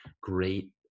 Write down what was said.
great